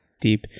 deep